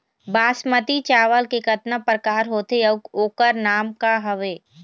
बासमती चावल के कतना प्रकार होथे अउ ओकर नाम क हवे?